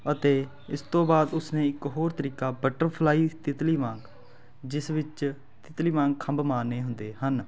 ਅਤੇ ਇਸ ਤੋਂ ਬਾਅਦ ਉਸਨੇ ਇੱਕ ਹੋਰ ਤਰੀਕਾ ਬਟਰਫਲਾਈ ਤਿੱਤਲੀ ਵਾਂਗ ਜਿਸ ਵਿੱਚ ਤਿੱਤਲੀ ਵਾਂਗ ਖੰਭ ਮਾਰਨੇ ਹੁੰਦੇ ਹਨ